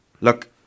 Look